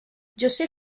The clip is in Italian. josé